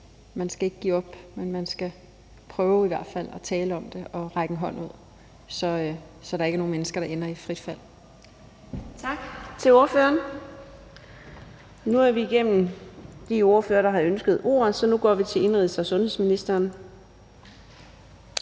Man skal ikke give op, men i hvert fald prøve at tale om det og række en hånd ud, så der ikke er nogen mennesker, der ender i frit fald. Kl. 14:52 Fjerde næstformand (Karina Adsbøl): Tak til ordføreren. Nu er vi igennem de ordførere, der har ønsket ordet. Så nu går vi til indenrigs- og sundhedsministeren.